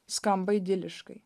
skamba idiliškai